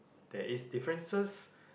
there is differences